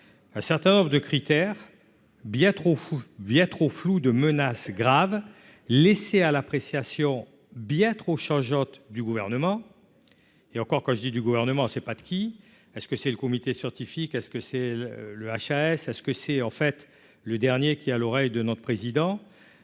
un certain nombre de critères bien trop via trop floue de menace grave laissée à l'appréciation bien trop changeante du gouvernement et encore quand je dis du gouvernement, c'est pas de qui est-ce que c'est le comité scientifique, est ce que c'est le HAS est ce que c'est en fait le dernier qui a l'oreille de notre président,